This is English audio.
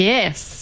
Yes